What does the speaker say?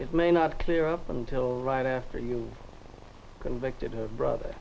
it may not clear up until right after you convicted her brother